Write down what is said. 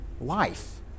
life